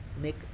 make